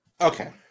Okay